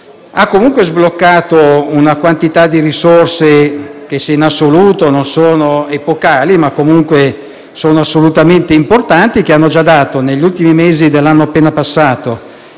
comunque sbloccato una quantità di risorse che, pur se in assoluto non sono epocali, comunque sono assolutamente importanti. Esse hanno già prodotto, negli ultimi mesi dell'anno appena passato